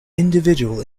individual